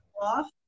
off